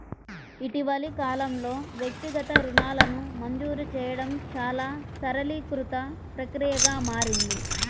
ఇటీవలి కాలంలో, వ్యక్తిగత రుణాలను మంజూరు చేయడం చాలా సరళీకృత ప్రక్రియగా మారింది